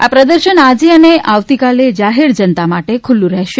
આ પ્રદર્શન આજે અને આવતીકાલે જાહેર જનતા માટે ખુલ્લુ રહેશે